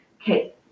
okay